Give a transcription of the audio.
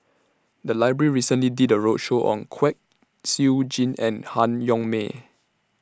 The Library recently did A roadshow on Kwek Siew Jin and Han Yong May